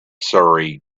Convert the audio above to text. surrey